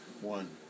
one